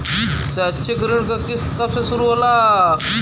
शैक्षिक ऋण क किस्त कब से शुरू होला?